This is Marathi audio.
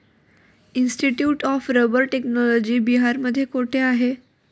इन्स्टिट्यूट ऑफ रबर टेक्नॉलॉजी बिहारमध्ये कोठे आहे?